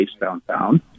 downtown